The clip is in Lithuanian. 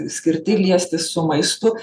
skirti liestis su maistu